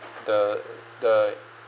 the the